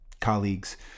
colleagues